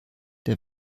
der